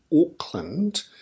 Auckland